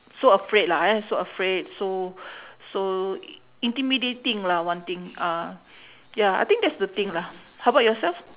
so afraid lah !aiya! so afraid so so intimidating lah one thing uh ya I think that's the thing lah how about yourself